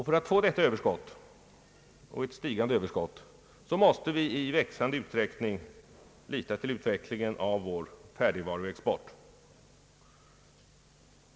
För att få detta överskott — och ett stigande överskott — måste vi i växande utsträckning lita till utvecklingen av vår färdigvaruexport.